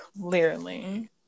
Clearly